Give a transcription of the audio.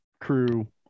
crew